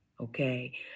Okay